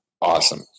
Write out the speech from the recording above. awesome